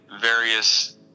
various